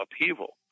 upheaval